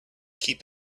keep